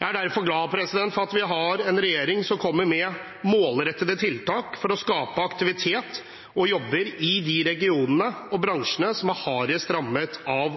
Jeg er derfor glad for at vi har en regjering som kommer med målrettede tiltak for å skape aktivitet og jobber i de regionene og bransjene som er hardest rammet av